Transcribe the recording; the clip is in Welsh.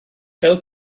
fel